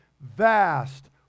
vast